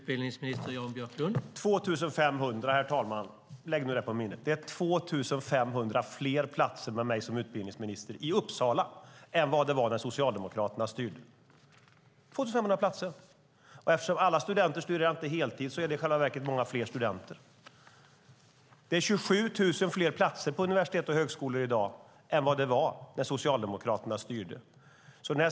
Herr talman! Lägg siffran 2 500 på minnet. Det är 2 500 fler platser i Uppsala med mig som utbildningsminister än vad det var när Socialdemokraterna styrde. 2 500 platser. Eftersom inte alla studenter studerar på heltid motsvarar det i själva verket många fler studenter. Det är 27 000 fler platser på universitet och högskolor i dag än vad det var när Socialdemokraterna styrde.